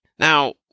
Now